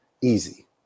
easy